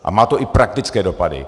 A má to i praktické dopady.